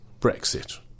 Brexit